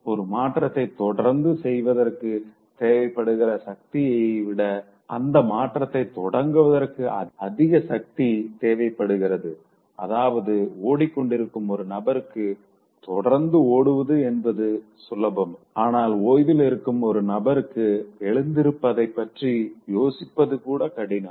ஒரு மாற்றத்த தொடர்ந்து செய்வதற்கு தேவைப்படுகிற சக்திய விட அந்த மாற்றத்த தொடங்குவதற்கே அதிக சக்தி தேவைப்படுகிறது அதாவது ஓடிக்கொண்டிருக்கும் ஒரு நபருக்கு தொடர்ந்து ஓடுவது என்பது சுலபம் ஆனா ஓய்வில் இருக்கும் ஒரு நபருக்கு எழுந்திருப்பதை பற்றி யோசிப்பது கூட கடினம்